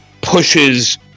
pushes